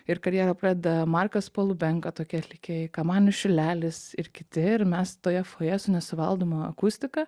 ir karjerą pradeda markas palubenka tokie atlikėjai kamanių šilelis ir kiti ir mes toje foje su nesuvaldoma akustika